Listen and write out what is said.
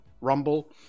Rumble